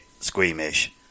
squeamish